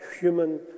human